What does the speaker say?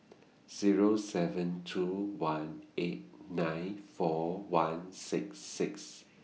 Zero seven two one eight nine four one six six